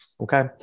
Okay